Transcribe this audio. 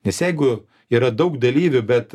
nes jeigu yra daug dalyvių bet